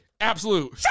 absolute